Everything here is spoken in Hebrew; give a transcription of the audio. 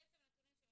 הנתונים לא נראים לי